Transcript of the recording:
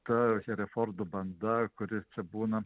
ta herefordų banda kuri čia būna